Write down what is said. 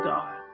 God